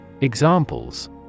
Examples